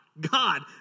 God